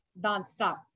nonstop